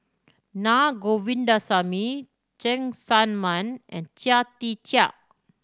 Naa Govindasamy Cheng Tsang Man and Chia Tee Chiak